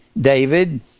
David